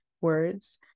words